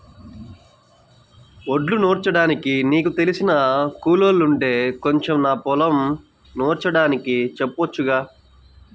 వడ్లు నూర్చడానికి నీకు తెలిసిన కూలోల్లుంటే కొంచెం నా పొలం నూర్చడానికి చెప్పొచ్చుగా